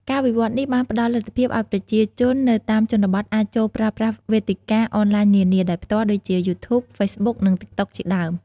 ការវិវត្តនេះបានផ្តល់លទ្ធភាពឲ្យប្រជាជននៅតាមជនបទអាច ចូលប្រើប្រាស់វេទិកាអនឡាញនានា ដោយផ្ទាល់ ដូចជា យូធូប ហ្វេសប៊ុក និង តិកតុក ជាដើម។